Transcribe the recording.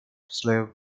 slave